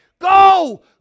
Go